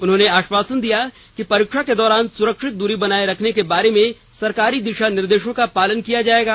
उन्होंने आश्वासन दिया कि परीक्षा के दौरान सुरक्षित दूरी बनाए रखने के बारे में सरकारी दिशानिर्देशों का पालन किया जाएगा